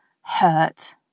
hurt